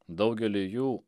daugelį jų